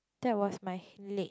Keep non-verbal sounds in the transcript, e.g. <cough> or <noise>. that was my <noise> leg